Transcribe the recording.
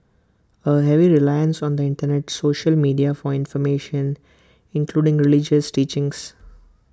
A heavy reliance on the Internet social media for information including religious teachings